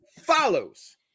follows